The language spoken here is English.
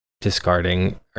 discarding